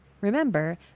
remember